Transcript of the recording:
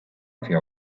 hacia